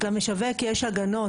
למשווק יש הגנות,